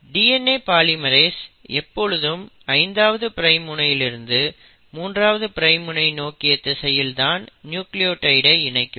DNA polymerase எப்பொழுதும் 5ஆவது prime முனையிலிருந்து 3ஆவது பிரைம் முனை நோக்கிய திசையில் தான் நியூக்ளியோடைட் ஐ இணைக்கும்